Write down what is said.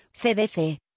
CDC